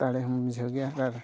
ᱫᱟᱲᱮᱦᱚᱢ ᱵᱩᱡᱷᱟᱹᱣ ᱜᱮᱭᱟ ᱟᱨ